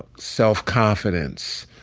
self-confidence,